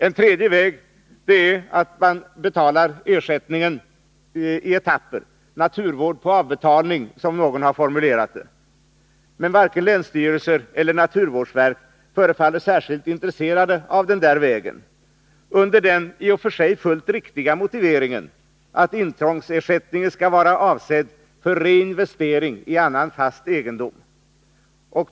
En tredje väg vore att betala ersättningen i etapper — naturvård på avbetalning, som någon har formulerat det. Men varken länsstyrelser eller naturvårdsverk förefaller särskilt intresserade av denna väg — med den i och för sig fullt riktiga motiveringen att intrångsersättningen skall vara avsedd för reinvestering i annan fast egendom.